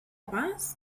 pas